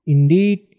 Indeed